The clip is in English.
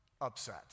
upset